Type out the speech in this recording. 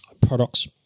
products